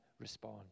respond